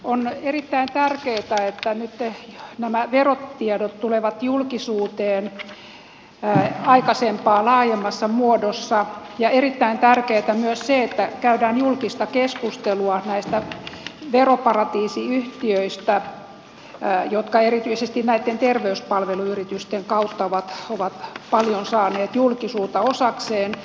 on erittäin tärkeätä että nämä verotiedot tulevat nyt julkisuuteen aikaisempaa laajemmassa muodossa ja erittäin tärkeätä on myös se että käydään julkista keskustelua näistä veroparatiisiyhtiöistä jotka erityisesti näitten terveyspalveluyritysten kautta ovat paljon saaneet julkisuutta osakseen